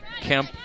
Kemp